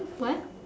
what